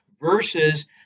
versus